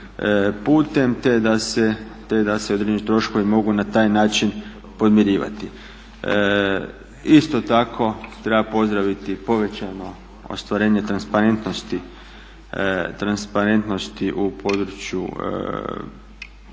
putem te da se određeni troškovi mogu na taj način podmirivati. Isto tako treba pozdraviti povećano ostvarenje transparentnosti u području